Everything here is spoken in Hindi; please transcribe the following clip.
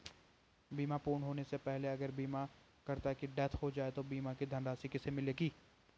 बीमा पूर्ण होने से पहले अगर बीमा करता की डेथ हो जाए तो बीमा की धनराशि किसे मिलेगी?